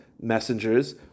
messengers